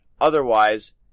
Otherwise